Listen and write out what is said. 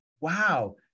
wow